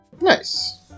Nice